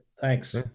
Thanks